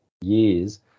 years